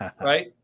right